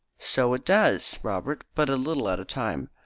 so it does, robert, but a little at a time.